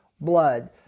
blood